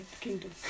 kingdom